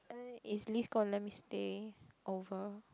is Liz gonna let me stay over